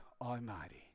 almighty